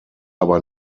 aber